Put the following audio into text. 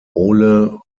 ole